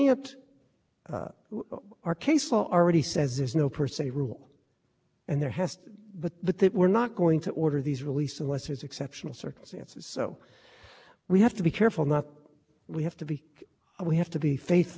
case already says there's no per se rule and there has the we're not going to order these released unless his exceptional circumstances so we have to be careful not we have to be we have to be faithful to that no we can't write something that says